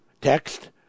text